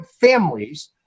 families